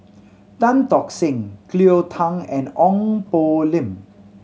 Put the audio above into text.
Tan Tock Seng Cleo Thang and Ong Poh Lim